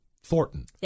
Thornton